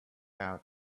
out